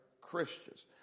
Christians